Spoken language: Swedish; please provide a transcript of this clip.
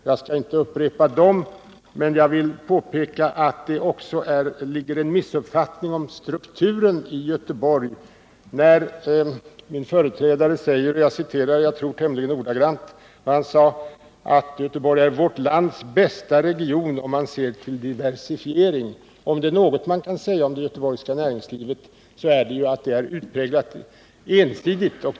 Jag skall inte upprepa dem, men jag vill påpeka att det ligger en missuppfattning om strukturen i Göteborg i min företrädares uttalande, som jag tror att jag återger tämligen ordagrant: Göteborg är vårt lands bästa region om man ser till diversifiering. — Om det är något man kan säga om det göteborgska näringslivet är det att det är utpräglat ensidigt.